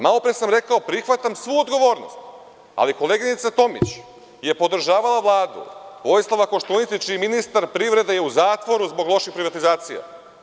Malopre sam rekao da prihvatam svu odgovornost, ali koleginica Tomić je podržavala Vladu Vojislava Koštunice čiji je ministar privrede u zatvoru zbog loših privatizacija.